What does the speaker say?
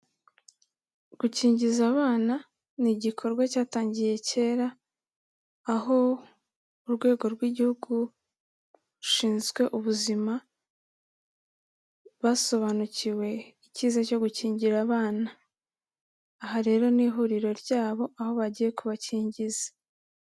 Gukingiza abana ni igikorwa cyatangiye cyera, aho urwego rw'igihugu rushinzwe ubuzima basobanukiwe icyiza cyo gukingira abana, aha rero ni ihuriro ryabo, aho bagiye kubakingiza.